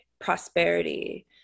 prosperity